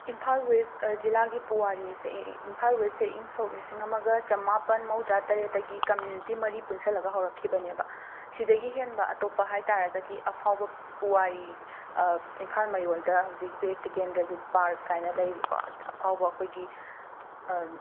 Imphal west ꯖꯤꯂꯥꯒꯤ ꯄꯨꯋꯥꯔꯤ ꯑꯁꯦ ꯏꯝꯐꯥꯜ ꯋꯦꯁꯁꯦ ꯏꯪ ꯁꯣꯛ ꯂꯤꯁꯤꯡ ꯑꯃꯒ ꯆꯃꯥꯄꯟ ꯃꯧꯗ꯭ꯔꯥ ꯇꯔꯦꯠꯇꯒꯤ ꯀꯝꯃ꯭ꯌꯨꯅꯤꯇꯤ ꯃꯔꯤ ꯄꯨꯟꯁꯤꯜꯂꯒ ꯍꯧꯔꯛꯈꯤꯕꯅꯤꯕ ꯁꯤꯗꯒꯤ ꯍꯦꯟꯕ ꯑꯇꯣꯞꯄ ꯍꯥꯏꯇꯥꯔꯒꯗꯤ ꯑꯐꯥꯎꯕ ꯄꯨꯋꯥꯔꯤ ꯏꯝꯐꯥꯟ ꯃꯌꯣꯜꯗ ꯍꯧꯖꯤꯛ ꯕꯤꯔ ꯇꯤꯀꯦꯟꯗ꯭ꯔꯖꯤꯠ ꯄꯥꯔꯛ ꯀꯥꯏꯅ ꯂꯩꯔꯤ ꯀꯣ ꯑꯐꯥꯎꯕ ꯑꯩꯈꯣꯏꯒꯤ